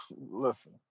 Listen